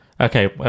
Okay